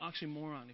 oxymoron